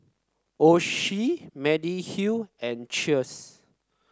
Oishi Mediheal and Cheers